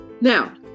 now